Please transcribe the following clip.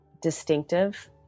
distinctive